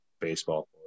baseball